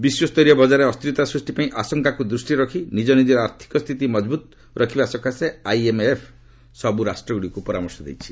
ବିଶ୍ୱସ୍ତରୀୟ ବଜାରରେ ଅସ୍ଥିରତା ସୃଷ୍ଟି ପାଇଁ ଆଶଙ୍କାକୁ ଦୃଷ୍ଟିରେ ରଖି ନିକ ନିକର ଆର୍ଥକ ସ୍ଥିତି ମଜବୁତ ରଖିବା ସକାଶେ ଆଇଏମ୍ଏଫ୍ ସବୁ ରାଷ୍ଟ୍ରଗୁଡ଼ିକୁ ପରାମର୍ଶ ଦେଇଛି